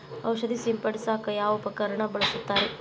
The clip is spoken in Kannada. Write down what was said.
ಔಷಧಿ ಸಿಂಪಡಿಸಕ ಯಾವ ಉಪಕರಣ ಬಳಸುತ್ತಾರಿ?